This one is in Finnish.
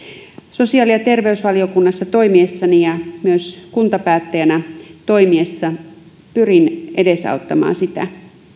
sosiaali ja terveysvaliokunnassa toimiessani ja myös kuntapäättäjänä toimiessani pyrin edesauttamaan sitä